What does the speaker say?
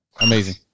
amazing